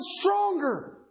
stronger